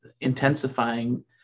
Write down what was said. intensifying